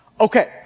Okay